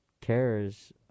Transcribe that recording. cares